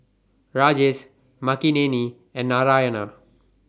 Rajesh Makineni and Narayana